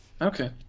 Okay